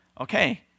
okay